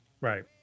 right